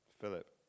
Philip